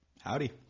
Howdy